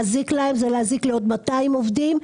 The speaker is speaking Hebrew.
להזיק להם זה להזיק לעוד 200 עובדים,